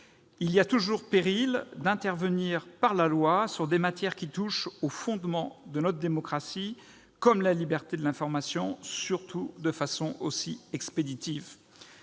Il y a toujours péril à intervenir par la loi sur des matières touchant aux fondements de notre démocratie, comme la liberté de l'information, surtout de façon aussi expéditive.